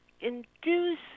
induce